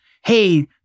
hey